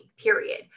period